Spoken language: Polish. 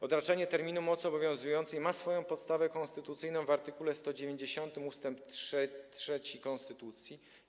Odraczanie terminu mocy obowiązującej ma swoją podstawę konstytucyjną w art. 190 ust. 3 konstytucji.